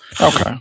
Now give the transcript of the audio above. Okay